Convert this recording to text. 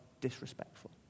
disrespectful